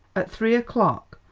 at three o'clock,